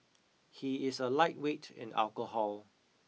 he is a lightweight in alcohol